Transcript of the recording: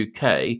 UK